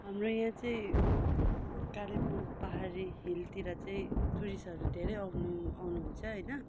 हाम्रो यहाँ चाहिँ कालिम्पोङ पहाडी हिलतिर चाहिँ टुरिस्टहरू धेरै आउनु आउनु हुन्छ होइन